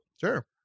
Sure